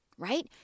right